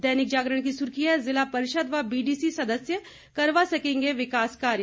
दैनिक जागरण की सुर्खी है जिला परिषद व बीडीसी सदस्य करवा सकेंगे विकास कार्य